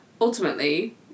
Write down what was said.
ultimately